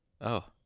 Oh